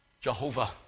Jehovah